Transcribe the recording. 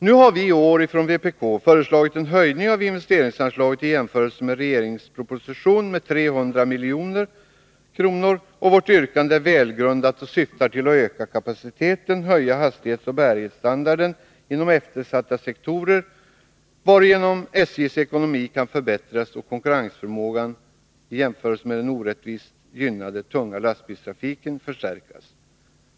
Vpk hari år föreslagit en höjning av investeringsanslaget i jämförelse med regeringens proposition med 300 milj.kr. Vårt yrkande är välgrundat och syftar till att öka kapaciteten samt höja hastighetsoch bärighetsstandarden inom eftersatta sektorer, varigenom SJ:s ekonomi kan förbättras och konkurrensförmågan i jämförelse med den orättvist gynnade tunga lastbilstrafiken förstärkas.